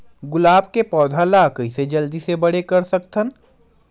गुलाब के पौधा ल कइसे जल्दी से बड़े कर सकथन?